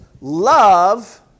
Love